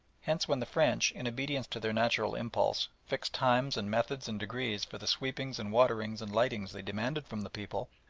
hence when the french, in obedience to their natural impulse, fixed times and methods and degrees for the sweepings and waterings and lightings they demanded from the people,